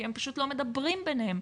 כי הם פשוט לא מדברים ביניהם.